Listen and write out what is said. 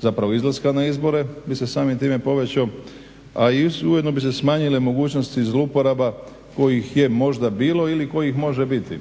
zapravo izlaska na izbore bi se samim time povećao, a ujedno bi se smanjile mogućnosti zlouporaba kojih je možda bilo ili kojih može biti,